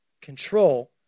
control